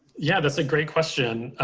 yeah, that's a great question.